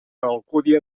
alcúdia